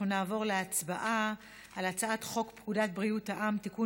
אנחנו נעבור להצבעה על הצעת חוק פקודת בריאות העם (תיקון